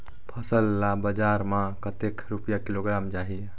फसल ला बजार मां कतेक रुपिया किलोग्राम जाही?